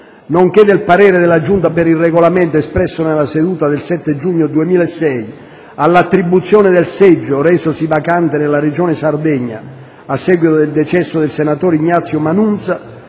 nonché del parere della Giunta per il Regolamento espresso nella seduta del 7 giugno 2006 all'attribuzione del seggio resosi vacante nella Regione Sardegna a seguito del decesso del senatore Ignazio Manunza,